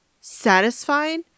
satisfied